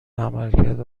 عملکرد